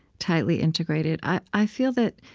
tightly integrated. i feel that